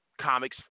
comics